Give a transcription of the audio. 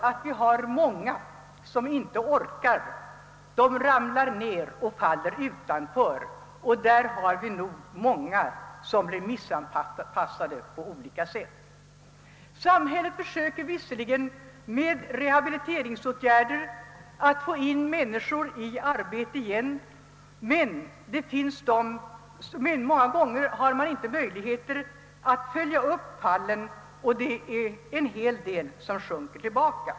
Detta gör att många inte orkar; de ramlar ned och faller utanför, och bland dessa återfinns nog många som blir missanpassade på olika sätt. Samhället försöker visserligen att genom rehabilitering få in dem i arbete igen, men många gånger har man inte möjligheter att följa upp fallen och många sjunker därför tillbaka.